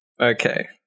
Okay